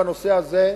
בנושא הזה,